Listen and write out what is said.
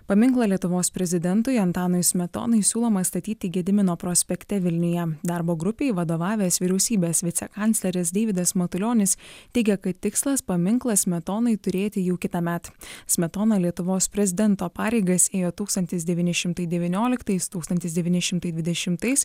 paminklą lietuvos prezidentui antanui smetonai siūloma statyti gedimino prospekte vilniuje darbo grupei vadovavęs vyriausybės vicekancleris deividas matulionis teigia kad tikslas paminklą smetonai turėti jau kitąmet smetona lietuvos prezidento pareigas ėjo tūkstantis devyni šimtai devynioliktais tūkstantis devyni šimtai dvidešimtais